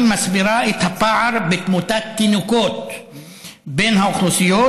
מסבירה את הפער בתמותת תינוקות בין האוכלוסיות,